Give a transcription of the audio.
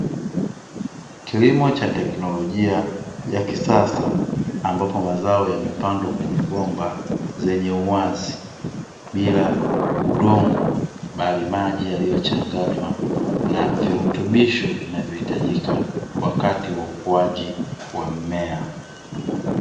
Kilimo cha teknolojia ya kisasa, ambapo mazao yamepandwa kwenye bomba zenye uwazi, bila udongo bali maji yaliyochanganywa na virutubisho vinavyohitajika wakati wa ukuaji wa mmea.